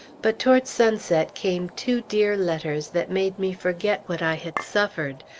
but towards sunset came two dear letters that made me forget what i had suffered,